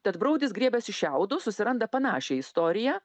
tad broudis griebiasi šiaudo susiranda panašią istoriją